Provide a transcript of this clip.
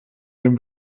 den